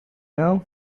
know